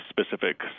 specific